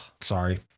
Sorry